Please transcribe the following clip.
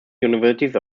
universities